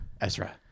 ezra